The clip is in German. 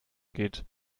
geht